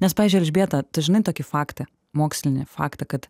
nes pavyzdžiui elžbieta tu žinai tokį faktą mokslinį faktą kad